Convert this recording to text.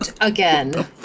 again